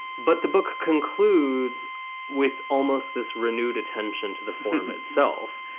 but the book concludes with almost this renewed attention to the form itself.